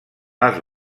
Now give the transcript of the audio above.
les